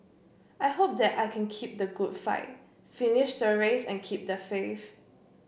I hope that I can keep the good fight finish the race and keep the faith